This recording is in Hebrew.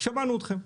שמענו אתכם.